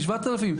7,000,